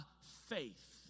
faith